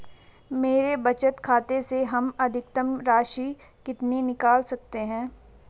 मेरे बचत खाते से हम अधिकतम राशि कितनी निकाल सकते हैं?